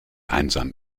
einsam